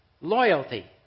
Loyalty